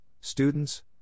students